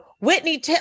Whitney